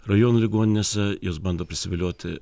rajonų ligoninėse jos bando prisivilioti